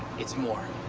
it's more.